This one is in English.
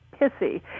pissy